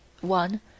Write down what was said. one